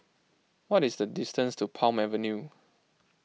what is the distance to Palm Avenue